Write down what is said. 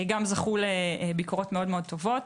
גם זכו לביקורות מאוד טובות.